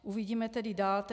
Uvidíme tedy dál.